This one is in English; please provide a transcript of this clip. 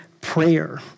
prayer